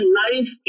life